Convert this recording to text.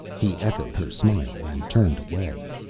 he echoed her smile and turned away.